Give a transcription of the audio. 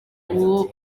uwo